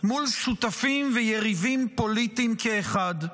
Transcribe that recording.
מול שותפים ויריבים פוליטיים כאחד.